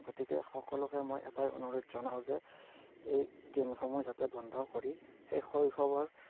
গতিকে সকলোকে মই এটাই অনুৰোধ জনাওঁ যে এই গেমসমূহ যাতে বন্ধ কৰি সেই শৈশৱৰ